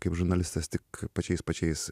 kaip žurnalistas tik pačiais pačiais